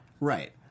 Right